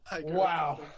Wow